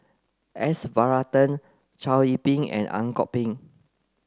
S Varathan Chow Yian Ping and Ang Kok Peng